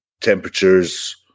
temperatures